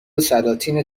سلاطین